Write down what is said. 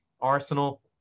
Arsenal